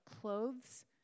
clothes